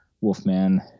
wolfman